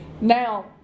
Now